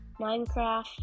minecraft